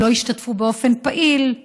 אם לא השתתפו באופן פעיל,